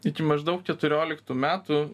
iki maždaug keturioliktų metų